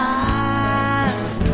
eyes